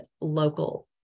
local